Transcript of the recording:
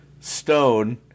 stone